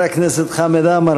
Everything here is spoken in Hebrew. חבר הכנסת חמד עמאר,